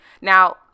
Now